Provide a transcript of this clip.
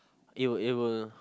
it will it will